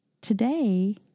Today